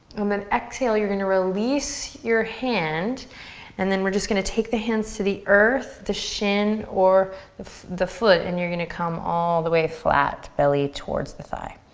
and then exhale, you're gonna release your hand and then we're just gonna take the hands to the earth, the shin or the the foot and you're gonna come all the way flat, belly towards the thigh.